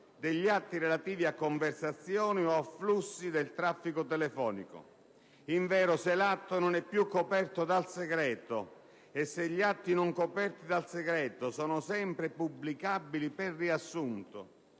degli atti relativi a conversazioni o a flussi del traffico telefonico. Invero, se l'atto non è più coperto dal segreto e se gli atti non coperti dal segreto sono sempre pubblicabili per riassunto,